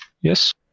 Yes